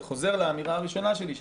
זה חוזר לאמירה הראשונה שלי,